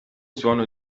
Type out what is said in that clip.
suono